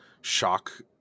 shock